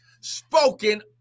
spoken